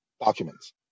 documents